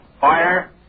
Fire